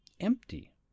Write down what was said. empty